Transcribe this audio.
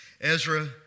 Ezra